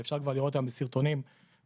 אפשר כבר לראות היום בסרטונים באינטרנט,